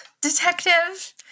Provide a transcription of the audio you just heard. detective